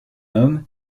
homme